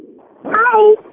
Hi